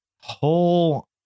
whole